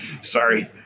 Sorry